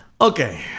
Okay